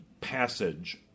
passage